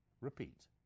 repeat